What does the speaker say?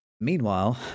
meanwhile